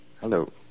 Hello